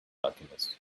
alchemist